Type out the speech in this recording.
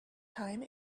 time